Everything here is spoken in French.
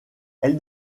elle